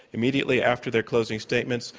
immediately after their closing statements,